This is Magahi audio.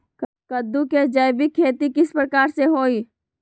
कददु के जैविक खेती किस प्रकार से होई?